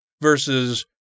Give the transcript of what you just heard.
versus